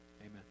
amen